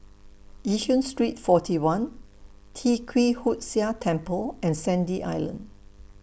Yishun Street forty one Tee Kwee Hood Sia Temple and Sandy Island